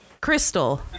Crystal